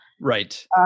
Right